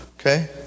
Okay